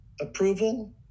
approval